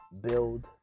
build